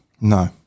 No